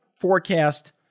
forecast